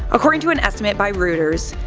according to an estimate by reuters,